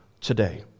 today